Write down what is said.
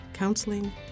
counseling